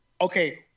Okay